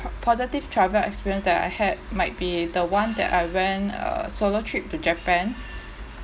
po~ positive travel experience that I had might be the one that I went uh solo trip to japan